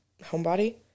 homebody